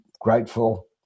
grateful